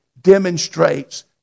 demonstrates